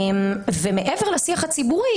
מעבר לשיח הציבורי,